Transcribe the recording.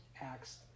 acts